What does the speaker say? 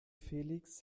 felix